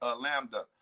lambda